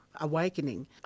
Awakening